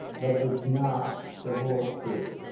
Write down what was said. but it's not the whole truth.